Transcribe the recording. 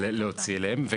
להוציא אליהם.